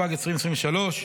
התשפ"ג 2023,